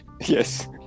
Yes